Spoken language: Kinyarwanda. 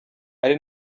ari